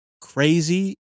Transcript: crazy